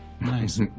Nice